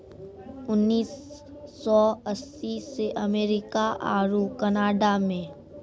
उन्नीस सौ अस्सी से अमेरिका आरु कनाडा मे